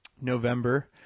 November